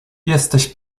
jesteś